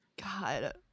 god